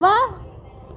واہ